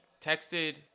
texted